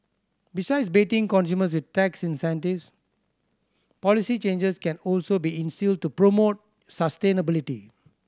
besides baiting consumers with tax incentives policy changes can also be instilled to promote sustainability